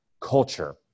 culture